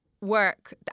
work